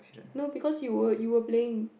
no because you were you were playing